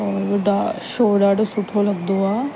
और डा शो ॾाढो सुठो लॻंदो आहे